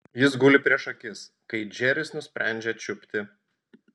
jis guli prieš akis kai džeris nusprendžia čiupti